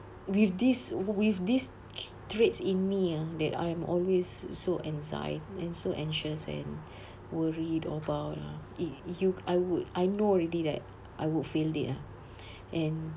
with these with these traits in me ah that I'm always so anxie~ and so anxious and worried about ah it~ you I would I know already that I would fail dead ah and